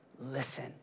Listen